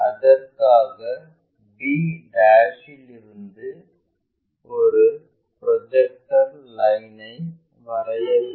அதற்காக b இல் இருந்து ஒரு ப்ரொஜெக்டர் லைனை வரைய வேண்டும்